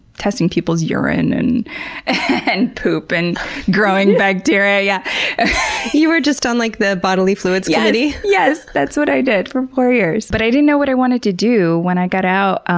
testing people's urine, and and poop, and growing bacteria. yeah you were just on like the bodily fluids committee? yes, yes! that's what i did for four years. but i didn't know what i wanted to do when i got out.